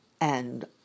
And